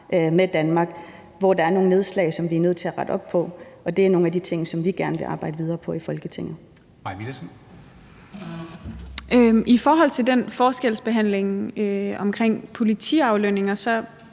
med Danmark, hvor der er nogle nedslag, som vi er nødt til at rette op på. Det er nogle af de ting, som vi gerne vil arbejde videre på i Folketinget Kl. 13:11 Formanden (Henrik Dam Kristensen):